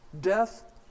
Death